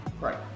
Right